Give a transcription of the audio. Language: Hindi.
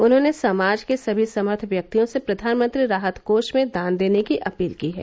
उन्होंने समाज के समी समर्थ व्यक्तियों से प्रधानमंत्री राहत कोष में दान देने की अपील की है